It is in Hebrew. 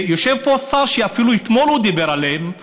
ויושב פה שר שאפילו אתמול דיבר עליהם,